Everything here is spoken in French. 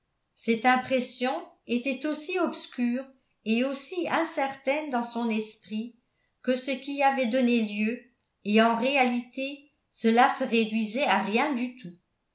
cette impression était aussi obscure et aussi incertaine dans son esprit que ce qui y avait donné lieu et en réalité cela se réduisait à rien du tout